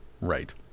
right